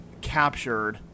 captured